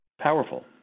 powerful